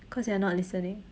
cause you are not listening